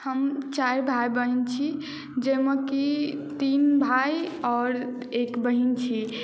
हम चारि भाय बहिन छी जाहिमे कि तीन भाय आओर एक बहिन छी